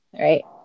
right